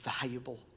valuable